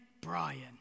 Brian